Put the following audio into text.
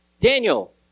Daniel